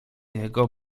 jego